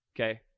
okay